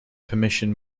permission